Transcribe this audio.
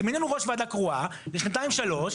כי מינינו ראש ועדה קרואה לשנתיים שלוש.